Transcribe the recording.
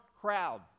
crowd